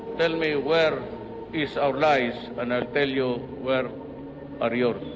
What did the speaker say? tell me where is our lies, and i'll tell you where are yours.